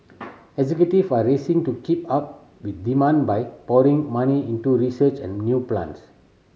executive are racing to keep up with demand by pouring money into research and new plants